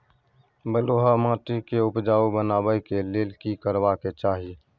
बालुहा माटी के उपजाउ बनाबै के लेल की करबा के चाही?